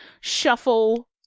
shuffle